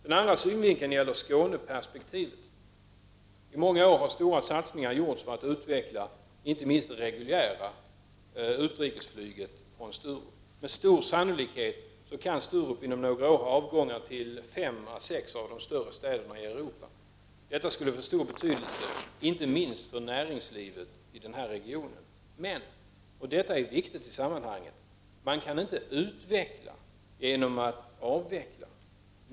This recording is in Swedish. Den andra synvinkeln gäller Skåneperspektivet. I många år har stora satsningar gjorts för att utveckla inte minst det reguljära utrikesflyget från Sturup. Med stor sannolikhet kan Sturup inom några år ha avgångar till fem sex av de större städerna i Europa. Detta skulle få stor betydelse inte minst för näringslivet i regionen. Men, och detta är viktigt i sammanhanget, man kan inte utveckla genom att avveckla.